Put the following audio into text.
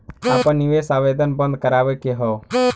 आपन निवेश आवेदन बन्द करावे के हौ?